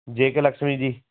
ਜੇ ਕੇ ਲਕਸ਼ਮੀ ਜੀ